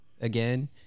again